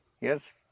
yes